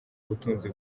ubutunzi